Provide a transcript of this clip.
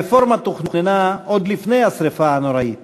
הרפורמה תוכננה עוד לפני השרפה הנוראית,